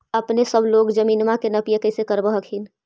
अपने सब लोग जमीनमा के नपीया कैसे करब हखिन?